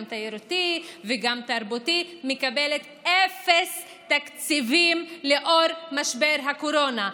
גם תיירותי וגם תרבותי מקבלת אפס תקציבים לאור משבר הקורונה.